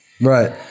Right